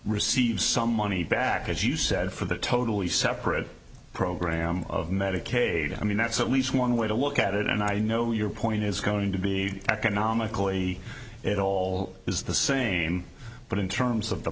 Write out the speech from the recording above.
receives some money back as you said for the totally separate program of medicaid i mean that's one way to look at it and i know your point is going to be economically it all is the same but in terms of the